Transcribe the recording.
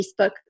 Facebook